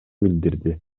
билдирди